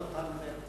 נתן להם פטור.